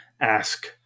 ask